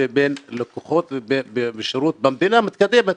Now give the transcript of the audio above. על סדר יומנו הצורך בהנגשת אתרי ושירותי ממשלה לחברה הערבית,